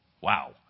Wow